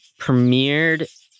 premiered